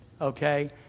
okay